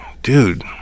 Dude